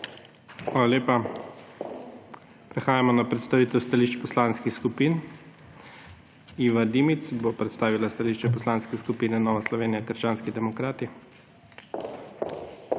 Hvala lepa. Prehajamo na predstavitev stališč poslanskih skupin. Iva Dimic bo predstavila stališče Poslanske skupine Nova Slovenija – krščanski demokrati.